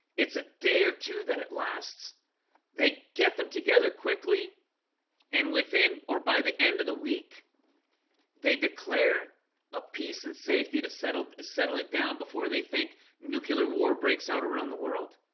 it's a day or two that it lasts they get them together quickly and within or by the end of the week they declare a peace and safety to settle settle it down before they think nuclear war breaks out around the world